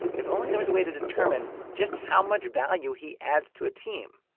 if only there was a way to determine just how much value he adds to a team.